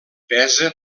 pesa